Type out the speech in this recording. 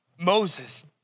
Moses